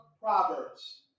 Proverbs